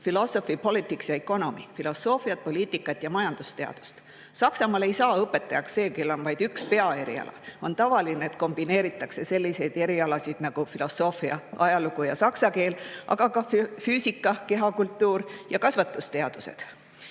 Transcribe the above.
–philosophy, politics ja economics– filosoofiat, poliitikat ja majandusteadust. Saksamaal ei saa õpetajaks see, kellel on vaid üks peaeriala. On tavaline, et kombineeritakse selliseid erialasid nagu filosoofia, ajalugu ja saksa keel, aga ka füüsika, kehakultuur ja kasvatusteadused. Kõigi